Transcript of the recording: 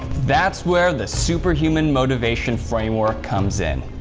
that's where the superhuman motivation framework comes in,